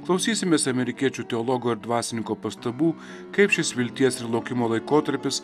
klausysimės amerikiečių teologo ir dvasininko pastabų kaip šis vilties ir laukimo laikotarpis